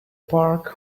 park